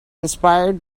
inspired